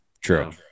True